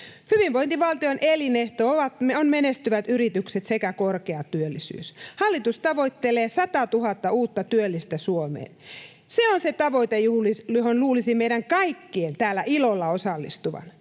Hyvinvointivaltion elinehto ovat menestyvät yritykset sekä korkea työllisyys. Hallitus tavoittelee sataatuhatta uutta työllistä Suomeen. Se on se tavoite, johon luulisi meidän kaikkien täällä ilolla osallistuvan.